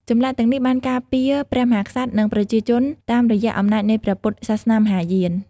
ចម្លាក់ទាំងនេះបានការពារព្រះមហាក្សត្រ និងប្រជាជនតាមរយៈអំណាចនៃព្រះពុទ្ធសាសនាមហាយាន។